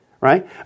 right